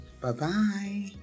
Bye-bye